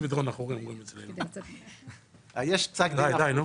בסדר.